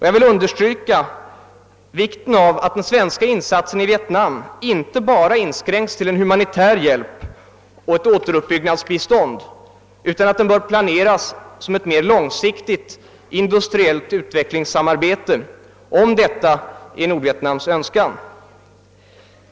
Jag vill understryka vikten av att den svenska insatsen i Vietnam inte inskränks till en humanitär hjälp och ett återuppbyggnadsbistånd utan planeras som ett mera långsiktigt industriellt utvecklingssamarbete, om detta är Nordvietnams Öönskan.